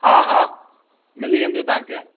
हा हा मिली वेंदियूं तव्हांखे